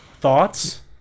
Thoughts